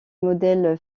modèle